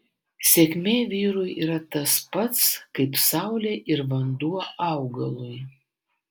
sėkmė vyrui yra tas pats kaip saulė ir vanduo augalui